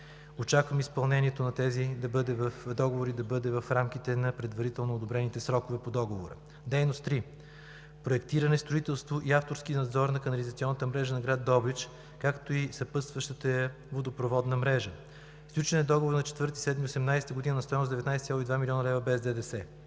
Очаквам изпълнението на тези договори да бъде в рамките на предварително одобрените срокове по договора. Дейност трета – Проектиране, строителство и авторски надзор на канализационната мрежа на град Добрич, както и съпътстващата я водопроводна мрежа. Сключен е Договор на 4 юли 2018 г. на стойност 19,2 млн. лв. без ДДС.